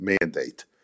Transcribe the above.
mandate